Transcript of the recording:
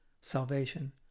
Salvation